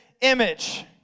image